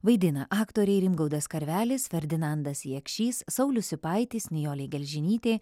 vaidina aktoriai rimgaudas karvelis ferdinandas jakšys saulius sipaitis nijolė gelžinytė